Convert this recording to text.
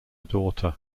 daughter